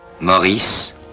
Maurice